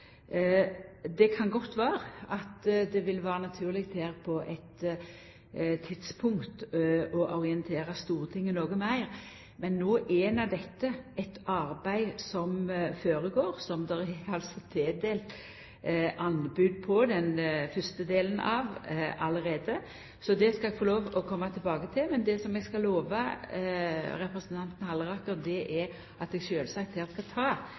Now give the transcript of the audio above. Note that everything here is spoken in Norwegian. Det kan godt vera at det ville vera naturleg på eit tidspunkt å orientera Stortinget noko meir, men no er dette eit arbeid som føregår, og det er tildelt anbod på den fyrste delen allereie. Så det skal eg få lov til å koma tilbake til. Men det som eg kan lova representanten Halleraker, er at eg sjølvsagt skal ta